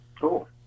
Cool